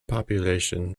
population